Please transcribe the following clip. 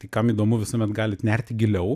tai kam įdomu visuomet galit nerti giliau